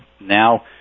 Now